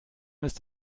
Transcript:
ist